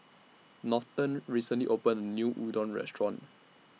Norton recently opened New Udon Restaurant